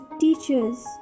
teachers